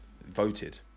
voted